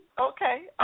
Okay